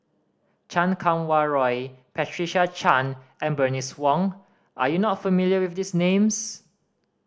Chan Kum Wah Roy Patricia Chan and Bernice Wong are you not familiar with these names